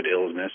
illness